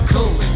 Cool